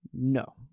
No